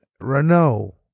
Renault